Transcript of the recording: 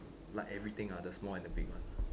like everything ah the small and the big one